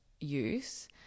use